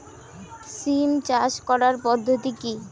সিম চাষ করার পদ্ধতি কী?